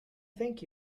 thank